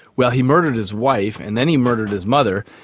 well, he murdered his wife and then he murdered his mother,